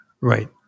right